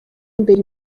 imbere